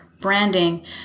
branding